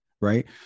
right